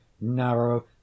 narrow